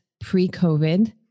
pre-COVID